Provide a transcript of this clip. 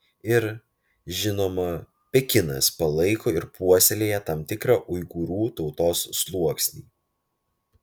ir žinoma pekinas palaiko ir puoselėja tam tikrą uigūrų tautos sluoksnį